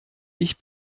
ich